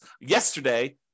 yesterday